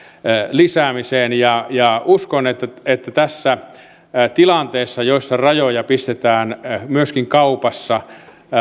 lisäämiseen uskon että että tässä tilanteessa jossa rajoja pistetään myöskin kaupassa